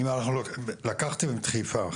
עד מתי אנחנו נמשיך להילחם על זה שאנחנו צריכים לחיות,